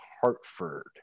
Hartford